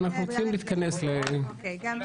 אנחנו רוצים להתכנס לסיכום.